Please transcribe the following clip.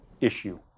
issue